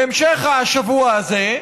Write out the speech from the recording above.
בהמשך השבוע הזה,